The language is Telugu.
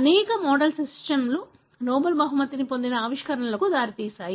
అనేక మోడల్ సిస్టమ్లు నోబెల్ బహుమతి పొందిన ఆవిష్కరణలకు దారితీశాయి